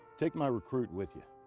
take my recruit with you.